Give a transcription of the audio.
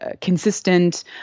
consistent